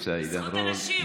בזכות הנשים.